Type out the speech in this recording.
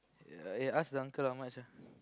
ya eh ask the uncle how much ah